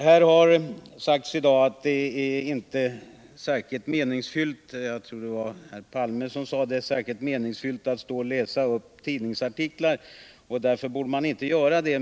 Här har sagts i dag att det inte är meningsfullt — jag tror det var herr Palme som sade det —att läsa upp tidningsartiklar från talarstolen. Därför borde man inte göra det.